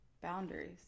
boundaries